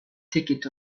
ticket